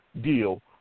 deal